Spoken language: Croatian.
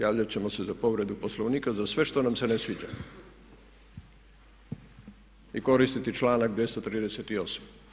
Javljat ćemo se za povredu Poslovnika za sve što nam se ne sviđa i koristiti članak 238.